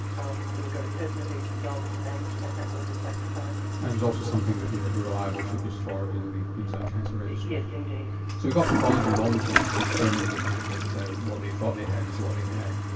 um we were very certain of these results and and that was in fact the finding. and was also something that you had reliable figures for in the queensland cancer registry? yes indeed. so we got pathology in all these women confirming the fact that what they thought they had was what they had?